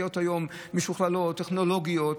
היום המשאיות משוכללות, טכנולוגיות.